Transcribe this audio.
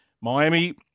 Miami